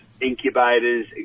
incubators